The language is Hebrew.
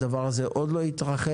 הדבר הזה עוד לא התרחש.